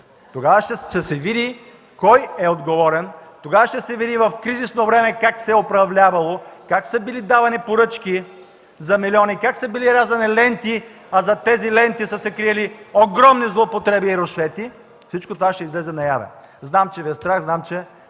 Тогава ще се види кой е отговорен. Тогава ще се види в кризисно време как се е управлявало, как са били давани поръчки за милиони, как са били рязани ленти, а зад тези ленти са се криели огромни злоупотреби и рушвети. Всичко това ще излезе наяве. Знам, че Ви е страх, знам, че